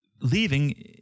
leaving